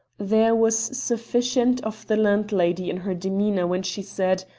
there was sufficient of the landlady in her demeanour when she said,